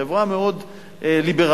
חברה מאוד ליברלית.